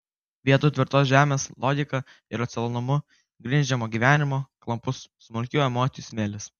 vietoj tvirtos žemės logika ir racionalumu grindžiamo gyvenimo klampus smulkių emocijų smėlis